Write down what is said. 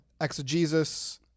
exegesis